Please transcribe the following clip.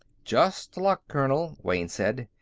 just luck, colonel, wayne said.